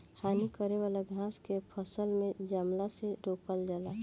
हानि करे वाला घास के फसल में जमला से रोकल जाला